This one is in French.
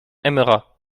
aimera